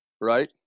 Right